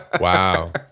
Wow